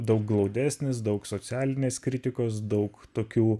daug glaudesnis daug socialinės kritikos daug tokių